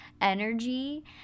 energy